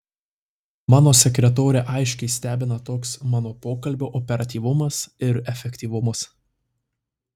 mano sekretorę aiškiai stebina toks mano pokalbio operatyvumas ir efektyvumas